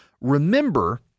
Remember